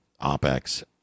OPEX